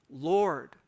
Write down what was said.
Lord